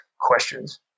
questions